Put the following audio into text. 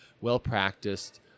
well-practiced